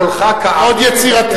קולך כארי,